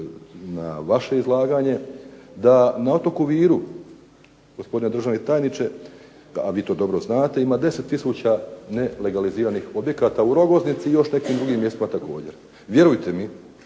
na vaše izlaganje, da na otoku Viru gospodine državni tajniče, a vi to dobro znate, ima 10 tisuća nelegaliziranih objekata. U Rogoznici i još nekima drugim mjestima također. Vjerujte mi,